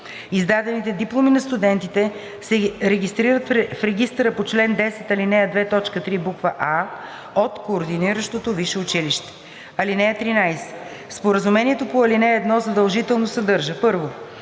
Издадените дипломи на студентите се регистрират в регистъра по чл. 10, ал. 2, т. 3, буква „в“ от координиращото висше училище. (13) Споразумението по ал. 1 задължително съдържа: 1.